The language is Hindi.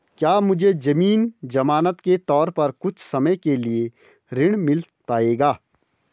क्या मुझे ज़मीन ज़मानत के तौर पर कुछ समय के लिए ऋण मिल पाएगा?